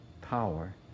power